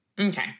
Okay